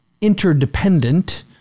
interdependent